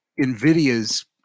NVIDIA's